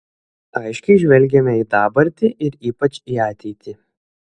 aiškiai žvelgiame į dabartį ir ypač į ateitį